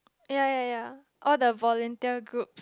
ya ya ya all the volunteer groups